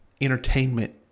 entertainment